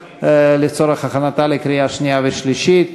לצורך הכנתה לקריאה שנייה וקריאה שלישית.